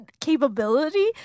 capability